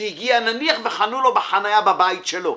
שאולי חנו לו בחניה ליד ביתו,